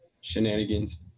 shenanigans